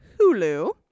Hulu